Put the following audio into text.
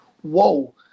whoa